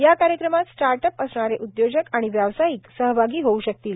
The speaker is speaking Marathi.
या कार्यक्रमात स्टार्टअप असणारे उदयोजक आणि व्यावसायिक सहभागी होऊ शकतील